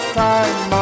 time